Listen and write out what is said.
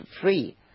free